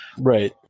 right